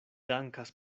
dankas